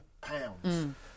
pounds